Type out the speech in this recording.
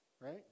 Right